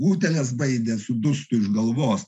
utėles baidė su dustu iš galvos